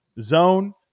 zone